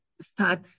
start